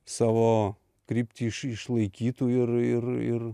savo kryptį iš išlaikytų ir ir ir